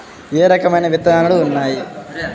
ఏ రకమైన విత్తనాలు ఉన్నాయి?